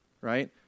right